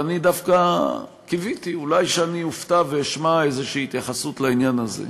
ואני דווקא קיוויתי שאולי אופתע ואשמע איזו התייחסות לעניין הזה,